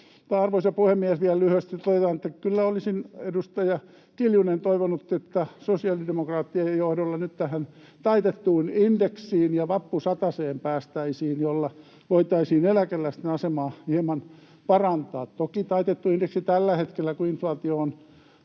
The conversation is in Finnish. Arvoisa puhemies! Vielä lyhyesti totean, että kyllä olisin, edustaja Kiljunen, toivonut, että sosiaalidemokraattien johdolla päästäisiin nyt tähän taitettuun indeksiin ja vappusataseen, joilla voitaisiin eläkeläisten asemaa hieman parantaa. Toki taitettu indeksi tällä hetkellä, kun inflaatio on